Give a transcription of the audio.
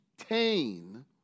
obtain